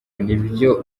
nibyo